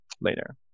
later